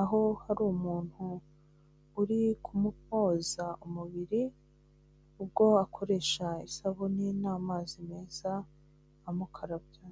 aho hari umuntu uri kumwoza umubiri, ubwo akoresha isabune n'amazi meza amukarabya.